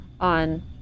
on